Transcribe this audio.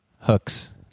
Hooks